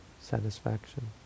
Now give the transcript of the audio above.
satisfaction